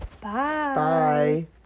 Bye